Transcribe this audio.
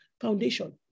foundation